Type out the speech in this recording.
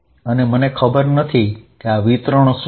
અને મને ખબર નથી કે આ વિતરણ શું છે